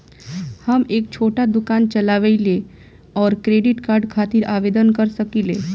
हम एक छोटा दुकान चलवइले और क्रेडिट कार्ड खातिर आवेदन कर सकिले?